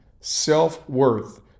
Self-worth